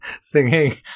singing